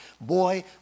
Boy